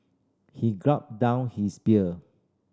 he gulped down his beer